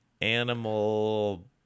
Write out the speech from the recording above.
animal